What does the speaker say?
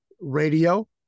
radio